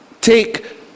take